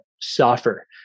suffer